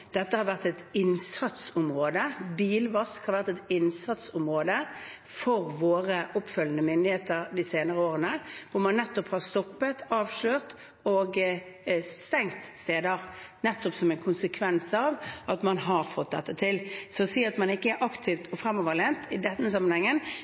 Dette har vært et innsatsområde. Bilvask har vært et innsatsområde for våre oppfølgende myndigheter de senere årene, hvor man nettopp har stoppet, avslørt og stengt steder, som en konsekvens av at man har fått dette til. Så å si at man ikke er